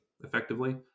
effectively